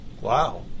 Wow